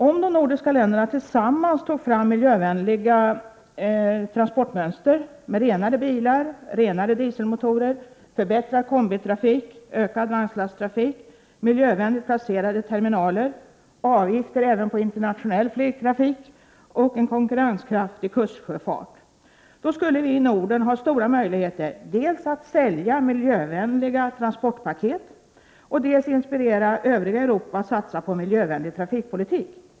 Om de nordiska länderna tillsammans tog fram miljövänliga transportmönster med renare bilar, renare dieselmotorer, förbättrad kombitrafik, ökad vagnslasttrafik, miljövänligt planerade terminaler, avgifter även på internationell flygtrafik och en konkurrenskraftig kustsjöfart, då skulle vi i Norden ha stora möjligheter att dels sälja miljövänliga transportpaket, dels inspirera övriga Europa att satsa på miljövänlig trafikpolitik.